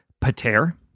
pater